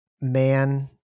man